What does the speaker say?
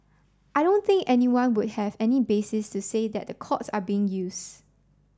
I don't think anyone would have any basis to say that the courts are being use